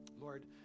Lord